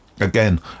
Again